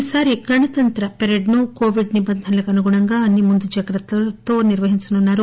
ఈ సారి గణతంత్ర కవాతును కోవిడ్ నిబంధనలకు అనుగుణంగా అన్ని ముందు జాగ్రత్తలతో నిర్వహించనున్నారు